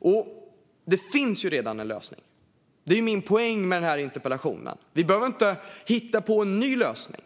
Men det finns ju redan en lösning. Det är min poäng med den här interpellationen. Vi behöver inte hitta på en ny lösning.